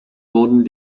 wurden